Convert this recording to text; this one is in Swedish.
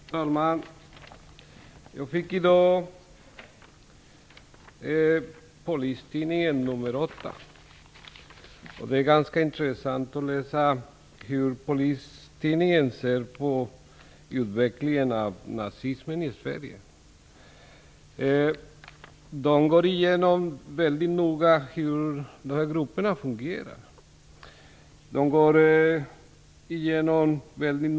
Herr talman! Jag fick i dag Polistidningen nr 8, och det är ganska intressant att läsa om hur Polistidningen ser på utvecklingen av nazismen i Sverige. Man går väldigt noga igenom hur de nazistiska grupperna fungerar och hur de arbetar.